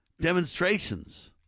demonstrations